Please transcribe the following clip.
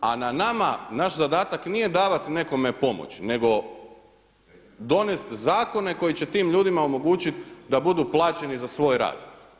A na nama, naš zadatak nije davati nekome pomoć, nego donest zakone koji će tim ljudima omogućiti da budu plaćeni za svoj rad.